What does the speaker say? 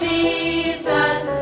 Jesus